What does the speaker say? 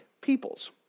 peoples